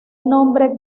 nombre